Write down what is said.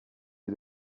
les